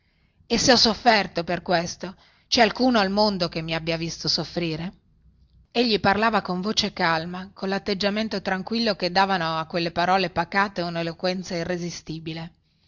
e se ho sofferto per questo cè alcuno al mondo che mi abbia visto soffrire egli parlava con voce calma con latteggiamento tranquillo che davano a quelle parole pacate uneloquenza irresistibile